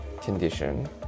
condition